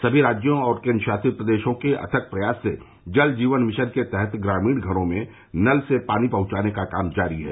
समी राज्यों और केंद्रशासित प्रदेशों के अथक प्रयास से जल जीवन मिशन के तहत ग्रामीण घरों में नल से पानी पहुंचाने का काम जारी है